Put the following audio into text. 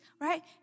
right